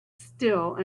still